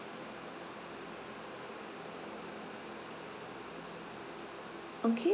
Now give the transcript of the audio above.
okay